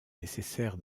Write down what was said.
nécessaire